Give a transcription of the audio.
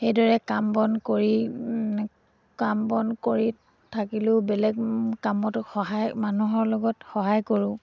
সেইদৰে কাম বন কৰি কাম বন কৰি থাকিলেও বেলেগ কামত সহায় মানুহৰ লগত সহায় কৰোঁ